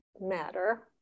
matter